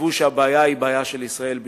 חשבו שהבעיה היא בעיה של ישראל בלבד,